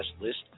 list